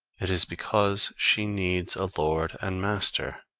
it is because she needs a lord and master.